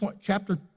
chapter